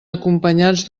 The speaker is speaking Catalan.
acompanyats